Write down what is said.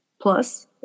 plus